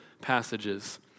passages